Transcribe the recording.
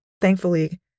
thankfully